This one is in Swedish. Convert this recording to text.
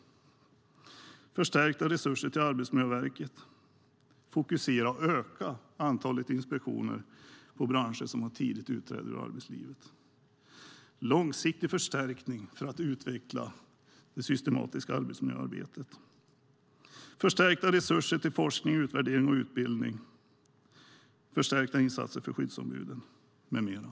Det gäller förstärkta resurser till Arbetsmiljöverket, att fokusera och öka antalet inspektioner av branscher som har tidigt utträde ur arbetslivet, långsiktig förstärkning för att utveckla det systematiska arbetsmiljöarbetet, förstärkta resurser till forskning, utvärdering och utbildning samt förstärkta insatser för skyddsombuden med mera.